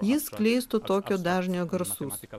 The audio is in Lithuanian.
ji skleistų tokio dažnio garsus